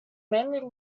namely